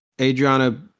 Adriana